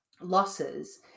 losses